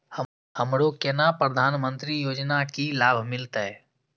हमरो केना प्रधानमंत्री योजना की लाभ मिलते?